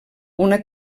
una